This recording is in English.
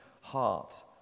heart